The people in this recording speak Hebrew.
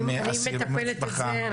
אני מטפלת בזה.